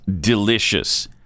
delicious